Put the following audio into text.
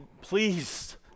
please